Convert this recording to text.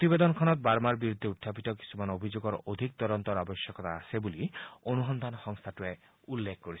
প্ৰতিবেদনখনত বাৰ্মাৰ বিৰুদ্ধে উখাপিত কিছুমান অভিযোগৰ অধিক তদন্তৰ আৱশ্যকতা আছে বুলি অনুসন্ধান সংস্থাটোৱে উল্লেখ কৰিছে